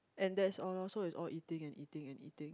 and that's all lor so is all eating and eating and eating